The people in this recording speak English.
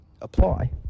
apply